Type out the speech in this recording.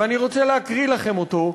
ואני רוצה להקריא לכם אותו,